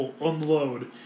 unload